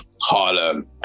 harlem